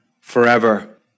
forever